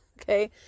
Okay